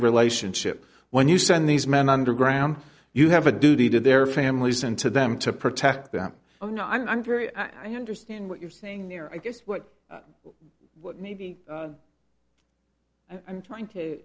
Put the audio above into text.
relationship when you send these men underground you have a duty to their families and to them to protect them you know i'm very i understand what you're saying there i guess what maybe i'm trying to